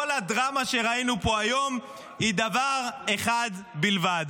כל הדרמה שראינו פה היום היא דבר אחד בלבד,